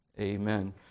amen